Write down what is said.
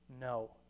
no